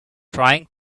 trying